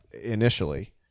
initially